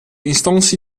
instantie